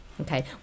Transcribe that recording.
Okay